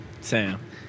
Sam